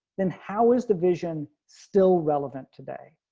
then how is the vision still relevant today,